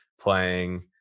playing